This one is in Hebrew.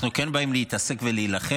אנחנו כן באים להתעסק ולהילחם